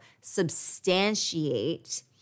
substantiate